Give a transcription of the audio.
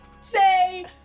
say